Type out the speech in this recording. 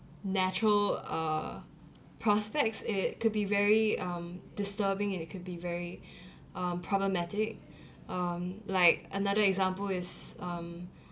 natural uh prospects it could be very um disturbing and it could be very uh problematic um like another example is um